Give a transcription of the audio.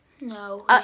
No